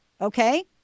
Okay